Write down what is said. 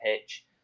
pitch